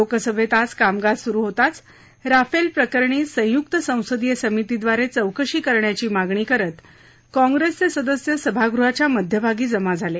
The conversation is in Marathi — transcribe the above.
लोकसभेत आज कामकाज सुरु होताच राफेल प्रकरणी संयूक्त संसदीय समितीद्वारे चौकशी करण्याची मागणी करत काँग्रेसचे सदस्य सभागृहाच्या मध्यभागी जमा झाले